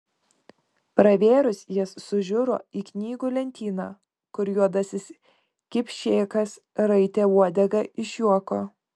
pravėrus jas sužiuro į knygų lentyną kur juodasis kipšėkas raitė uodegą iš juoko